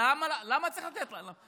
למה צריך לתת להם?